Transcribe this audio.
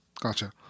Gotcha